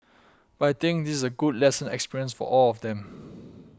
but I think this is a good lesson experience for all of them